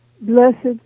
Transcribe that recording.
blessed